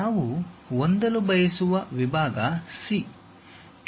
ನಾವು ಹೊಂದಲು ಬಯಸುವ ವಿಭಾಗ C